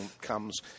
comes